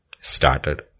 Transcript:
Started